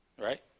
right